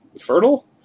fertile